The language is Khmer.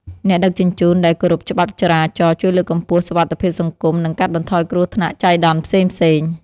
អ្នកដឹកជញ្ជូនដែលគោរពច្បាប់ចរាចរណ៍ជួយលើកកម្ពស់សុវត្ថិភាពសង្គម និងកាត់បន្ថយគ្រោះថ្នាក់ចៃដន្យផ្សេងៗ។